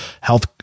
health